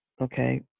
okay